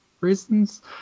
reasons